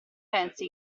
pensi